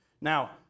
Now